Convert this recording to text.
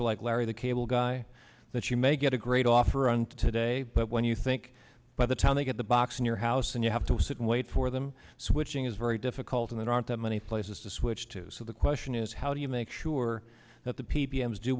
will like larry the cable guy that you may get a great offer on today but when you think by the time they get the box in your house and you have to sit and wait for them switching is very difficult and there aren't that many places to switch to so the question is how do you make sure that the p